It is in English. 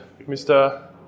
Mr